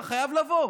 אתה חייב לבוא.